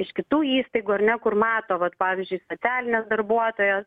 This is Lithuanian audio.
iš kitų įstaigų ar ne kur mato vat pavyzdžiui socialinės darbuotojos